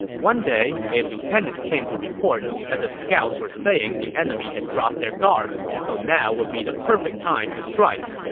one day, a lieutenant came to report that the scouts were saying the enemy had dropped their guard, so now would be the perfect time to strike.